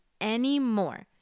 anymore